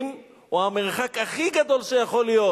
שלו הוא המרחק הכי גדול שיכול להיות.